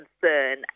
concern